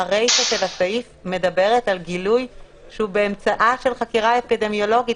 הרישה של הסעיף מדברת על גילוי שהוא באמצעה של חקירה אפידמיולוגית,